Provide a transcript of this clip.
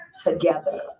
together